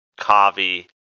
Kavi